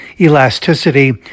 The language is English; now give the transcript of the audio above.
elasticity